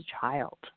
child